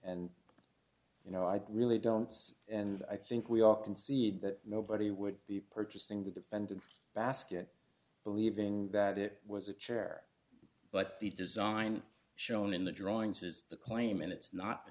and you know i really don't and i think we all concede that nobody would be purchasing the defendant's basket believing that it was a chair but the design shown in the drawings is the claim and it's not a